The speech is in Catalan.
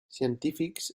científics